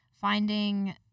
finding